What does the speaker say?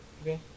Okay